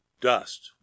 dust